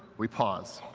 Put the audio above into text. we pause.